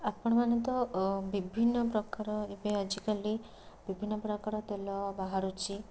ଆପଣମାନେ ତ ବିଭିନ୍ନ ପ୍ରକାର ଏବେ ଆଜିକାଲି ବିଭିନ୍ନ ପ୍ରକାର ତେଲ ବାହାରୁଛି